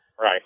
Right